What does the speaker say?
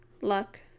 luck